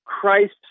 Christ